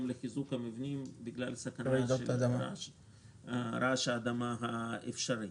לחיזוק המבנים בגלל סכנה מרעש אדמה אפשרי.